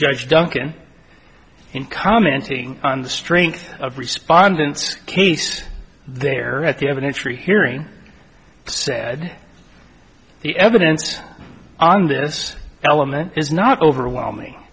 judge duncan in commenting on the strength of respondents case there at the evidence rehearing said the evidence on this element is not overwhelming